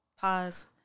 Pause